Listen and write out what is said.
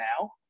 now